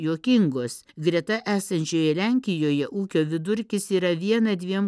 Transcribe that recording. juokingos greta esančioje lenkijoje ūkio vidurkis yra viena dviem